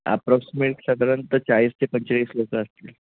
approximate साधारणतः चाळीस ते पंचेचाळीस लोकं असतील